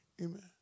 Amen